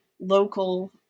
local